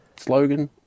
slogan